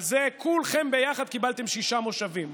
על זה כולכם ביחד קיבלתם שישה מושבים.